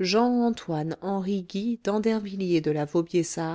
jean antoine henry guy d'andervilliers de la